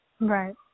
right